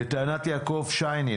לטענת יעקב שיינין,